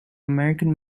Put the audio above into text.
american